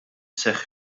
seħħ